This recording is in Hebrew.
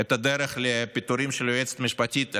את הדרך לפיטורים של היועצת המשפטית לממשלה,